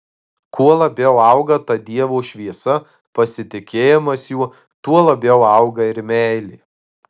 kuo labiau auga ta dievo šviesa pasitikėjimas juo tuo labiau auga ir meilė